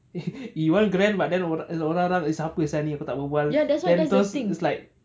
even grand but then orang orang orang siapa seh ni aku tak berbual then terus it's like